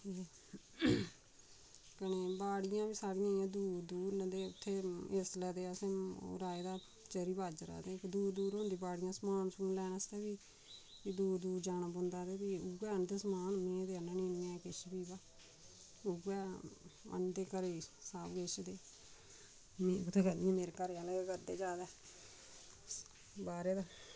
हून बाड़ियां बी साढ़ियां इ'यां दूर दूर न ते उत्थै इसलै ते असें राहे दा चरी बाजरा ते दूर दूर होंदियां बाड़ियां समान समून लैनै आस्तै बी दूर दूर जाना पौंदा ते फ्ही उ'यै आह्नदे समान में ते आह्ननी नी ऐ किश बी बा उ'यै आह्नदे घरै सब किश ते में कुत्थै करनी मेरे घरै आह्ले गै करदे ज्यादा बाह्रै दा